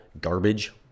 garbage